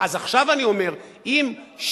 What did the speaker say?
אז עכשיו אני אומר: אם שליש,